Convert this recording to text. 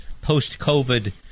post-COVID